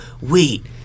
wait